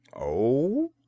Oh